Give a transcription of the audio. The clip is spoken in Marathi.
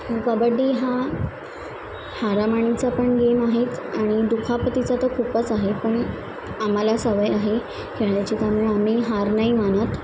कबड्डी हा हाणामारीचा पण गेम आहेच आणि दुखापतीचा तर खूपच आहे पण आम्हाला सवय आहे खेळण्याची त्यामुळे आम्ही हार नाही मानत